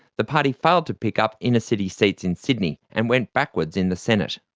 the party failed to pick up inner-city seats in sydney, and went backwards in the senate.